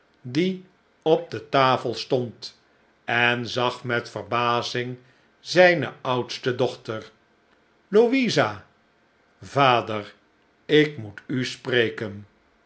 die op de tafel stond en zag met verbazing zijne oudste dochter louisa vader ik moet u spreken